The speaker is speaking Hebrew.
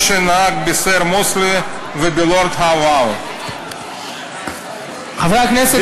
שנהג בסר מוסלי ובלורד האו-האו חברי הכנסת,